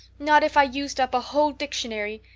not if i used up a whole dictionary.